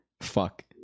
Fuck